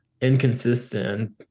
inconsistent